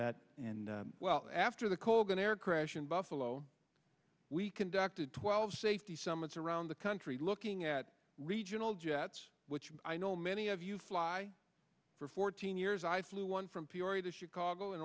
that and well after the colgan air crash in buffalo we conducted twelve safety summits around the country looking at regional jets which i know many of you fly for fourteen years i flew one from peoria to chicago in